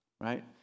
right